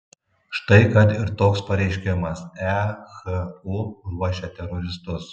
štai kad ir toks pareiškimas ehu ruošia teroristus